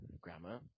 grammar